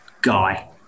guy